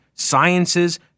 Sciences